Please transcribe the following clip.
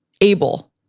able